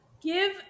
give